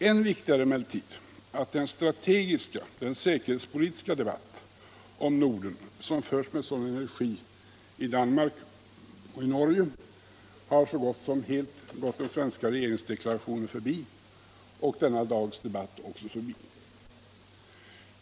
Än viktigare är emellertid att den säkerhetspolitiska debatten om Norden, som har förts med en sådan energi i Danmark och i Norge, så gott som helt gått den svenska regeringsdeklarationen och också denna dags debatt förbi.